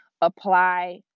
apply